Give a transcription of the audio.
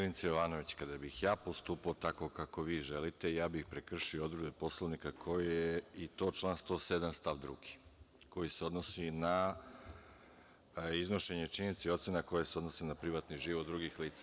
Koleginice Jovanović, kada bih ja postupao tako kako vi želite, ja bih prekršio odredbe Poslovnika, i to član 107. stav 2. koji se odnosi na iznošenje činjenica i ocena koje se odnose na privatni život drugih lica.